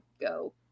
go